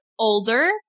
older